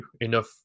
enough